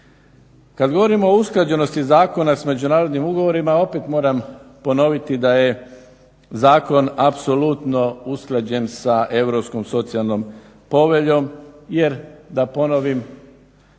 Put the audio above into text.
Kada govorimo o usklađenosti zakona s međunarodnim ugovorima opet moram ponoviti da je zakon apsolutno usklađen sa Europskom socijalnom poveljom jer da ponovim